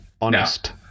honest